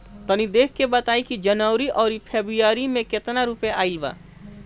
तनी देख के बताई कि जौनरी आउर फेबुयारी में कातना रुपिया आएल बा?